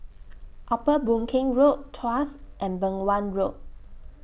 Upper Boon Keng Road Tuas and Beng Wan Road